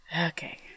Okay